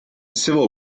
civil